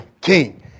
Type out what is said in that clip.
King